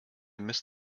missed